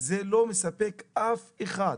זה לא מספק אף אחד.